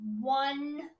one